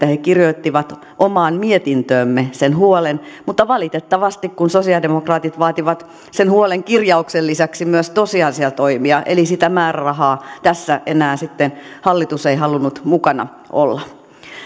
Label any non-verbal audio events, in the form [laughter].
[unintelligible] he kirjoittivat omaan mietintöömme sen huolen mutta valitettavasti kun sosialidemokraatit vaativat sen huolen kirjauksen lisäksi myös tosiasiatoimia eli sitä määrärahaa tässä enää sitten hallitus ei halunnut mukana olla